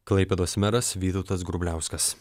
klaipėdos meras vytautas grubliauskas